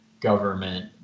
government